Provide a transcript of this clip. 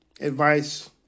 advice